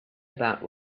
about